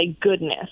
goodness